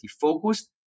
focused